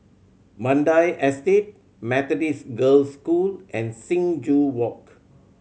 Mandai Estate Methodist Girls' School and Sing Joo Walk